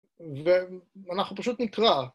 ואנחנו פשוט נקרא